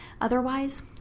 Otherwise